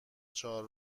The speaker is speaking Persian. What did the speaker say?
چهار